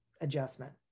adjustment